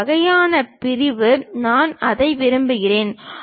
இந்த வகையான பிரிவு நான் அதை விரும்புகிறேன்